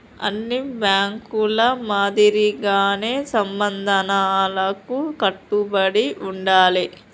అన్ని బ్యేంకుల మాదిరిగానే నిబంధనలకు కట్టుబడి ఉండాలే